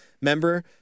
member